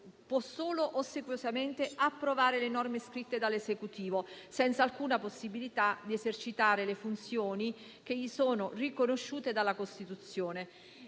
può solo ossequiosamente approvare le norme scritte dall'Esecutivo, senza alcuna possibilità di esercitare le funzioni che gli sono riconosciute dalla Costituzione